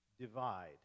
divide